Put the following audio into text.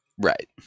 Right